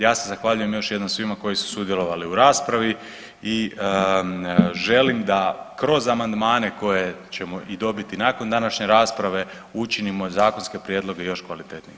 Ja se zahvaljujem još jednom svima koji su sudjelovati u raspravi i želim da kroz amandmane koje ćemo i dobiti nakon današnje rasprave učinimo zakonske prijedloge još kvalitetnijim.